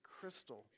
crystal